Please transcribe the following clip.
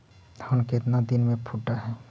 धान केतना दिन में फुट है?